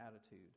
attitude